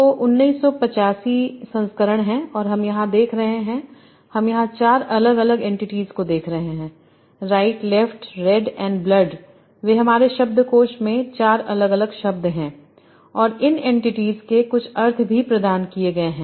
तो 1985 संस्करण है और हम यहां क्या देख रहे हैं हम यहां चार अलग अलग एन्टिटीज़ को देख रहे हैं right left red and blood वे हमारे शब्दकोश में 4 अलग अलग शब्द हैं और इन एन्टिटीज़ के कुछ अर्थ भी प्रदान किए गए हैं